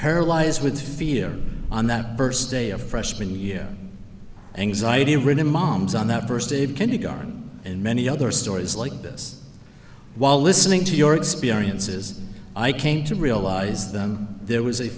paralyzed with fear on that first day of freshman year anxiety ridden moms on that first aid kindergarten and many other stories like this while listening to your experiences i came to realize them there was a